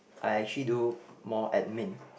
I actually do more admin